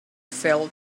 felt